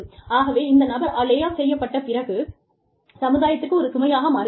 ஆகவே இந்த நபர் லே ஆஃப் செய்யப்பட்ட பிறகு சமுதாயத்திற்கு ஒரு சுமையாக மாறுகிறார்